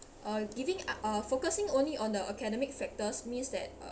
uh giving uh focusing only on the academic factors means that uh